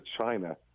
china